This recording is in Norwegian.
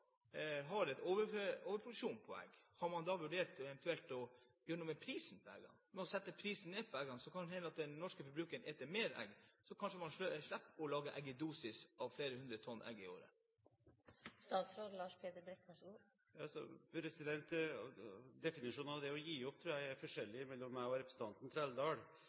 har overproduksjon av egg, har man da vurdert eventuelt å gjøre noe med prisen? Hvis man setter ned prisen på egg, kan det hende den norske forbrukeren eter mer egg, og da kan det hende man slipper å lage eggedosis av flere hundre tonn egg i året. Definisjonen av det å gi opp tror jeg er forskjellig for representanten Trældal og meg.